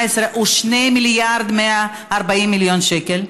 ב-2018 הוא 2 מיליארד ו-140 מיליון שקל.